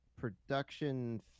production